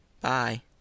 Bye